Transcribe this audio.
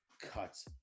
cuts